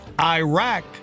Iraq